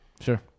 Sure